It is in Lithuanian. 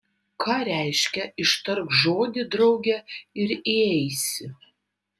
ką reiškia ištark žodį drauge ir įeisi